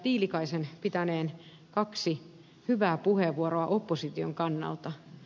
tiilikaisen pitäneen kaksi hyvää puheenvuoroa opposition kannalta